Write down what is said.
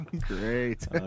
Great